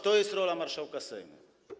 To jest rola marszałka Sejmu.